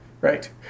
right